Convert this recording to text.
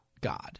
God